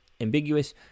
ambiguous